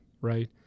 Right